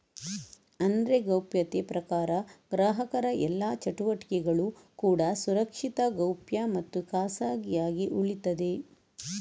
ಅಂದ್ರೆ ಗೌಪ್ಯತೆ ಪ್ರಕಾರ ಗ್ರಾಹಕರ ಎಲ್ಲಾ ಚಟುವಟಿಕೆಗಳು ಕೂಡಾ ಸುರಕ್ಷಿತ, ಗೌಪ್ಯ ಮತ್ತು ಖಾಸಗಿಯಾಗಿ ಉಳೀತದೆ